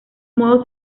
modo